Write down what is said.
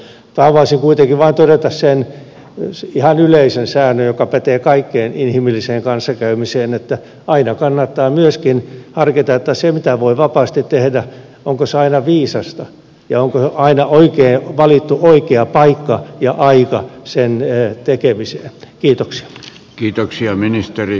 haluaisin kuitenkin todeta vain sen ihan yleisen säännön joka pätee kaikkeen inhimilliseen kanssakäymiseen että aina kannattaa myöskin harkita sitä onko se mitä voi vapaasti tehdä aina viisasta ja onko aina valittu oikea paikka ja aika sen tekemiseen